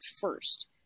first